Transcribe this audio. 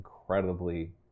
Incredibly